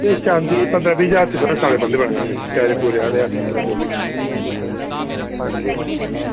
चांदी दे पंदरां बीह् ज्हार च साढ़े बन्धे बनी जाने सिर पैर हत्थें आह्ले जो बी